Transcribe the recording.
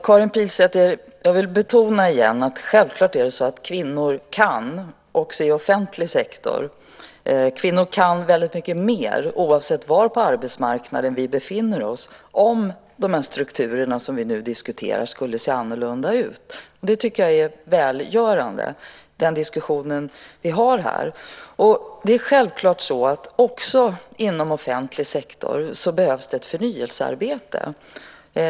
Fru talman! Jag vill betona igen, Karin Pilsäter, att det självklart är så att kvinnor kan också i offentlig sektor. Kvinnor kan väldigt mycket mer, oavsett var på arbetsmarknaden vi befinner oss, om de strukturer vi nu diskuterar såg annorlunda ut. Jag tycker att den diskussion vi har här är välgörande. Självklart behövs det även inom offentlig sektor ett förnyelsearbete.